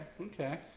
okay